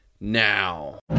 now